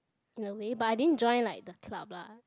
in a way but I didn't join like the club lah